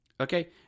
Okay